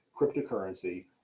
Cryptocurrency